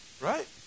right